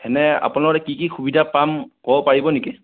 এনে আপোনাৰ তাত কি কি সুবিধা পাম ক'ব পাৰিব নেকি